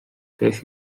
beth